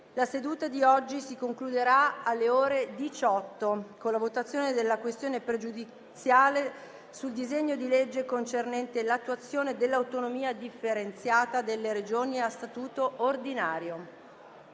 la seduta di oggi si concluderà alle ore 18 con la votazione della questione pregiudiziale sul disegno di legge concernente l'attuazione dell'autonomia differenziata delle Regioni a statuto ordinario.